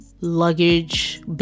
luggage